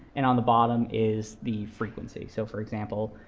and on the bottom is the frequency. so for example,